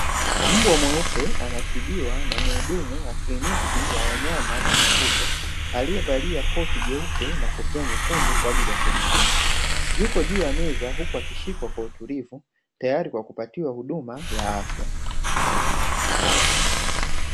Mbwa mweupe anatibiwa na mhudumu wa kliniki ya wanyama na mifugo, aliyevalia koti jeupe na kofia nyekundu kwa ajili ya kujikinga, yuko juu ya meza huku akishikwa kwa utulivu tayari kwa kupatiwa huduma ya afya.